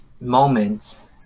moments